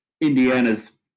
Indiana's